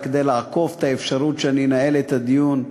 רק כדי לעקוף את האפשרות שאני אנהל את הדיון.